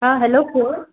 हा हलो केर